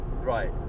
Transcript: Right